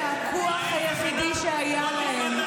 שהכוח היחיד שהיה להם,